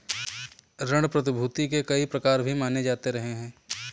ऋण प्रतिभूती के कई प्रकार भी माने जाते रहे हैं